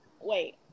wait